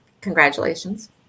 Congratulations